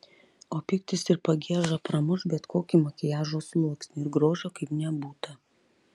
o pyktis ir pagieža pramuš bet kokį makiažo sluoksnį ir grožio kaip nebūta